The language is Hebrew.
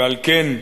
ועל כן,